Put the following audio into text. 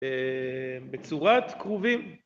בצורת קרובים.